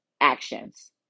actions